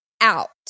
out